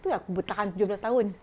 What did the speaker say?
itu yang aku bertahan tujuh belas tahun